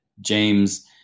James